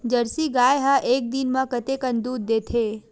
Jersey गाय ह एक दिन म कतेकन दूध देथे?